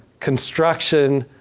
construction.